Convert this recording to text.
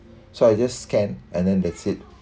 so I just scanned and then that's it